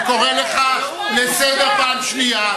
אני קורא לך לסדר פעם שנייה.